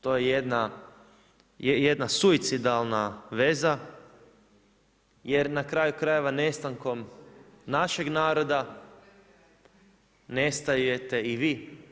To je jedna suicidalna veza jer na kraju krajeva nestankom našeg naroda nestajete i vi.